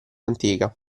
antica